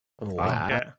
Wow